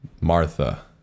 Martha